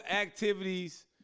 activities